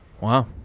wow